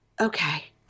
okay